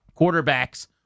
quarterbacks